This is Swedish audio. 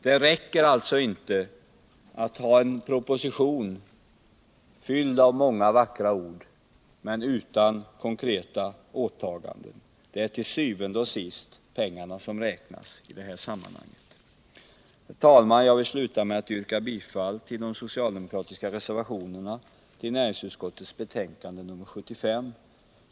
Det räcker alltså inte med en proposition av många vackra ord men utan konkreta åtaganden — det är til syvende og sidst pengarna som räknas i det här sammanhanget! Herr talman! Jag vill sluta med att yrka bifall till de socialdemokratiska reservationerna till näringsutskottets betänkande nr 75.